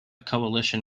coalition